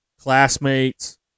classmates